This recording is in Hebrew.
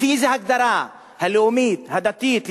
לפי איזו הגדרה, הלאומית הדתית?